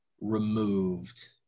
removed